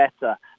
better